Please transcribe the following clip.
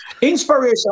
Inspiration